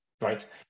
right